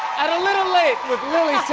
at a little late with lilly singh.